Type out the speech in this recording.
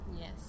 yes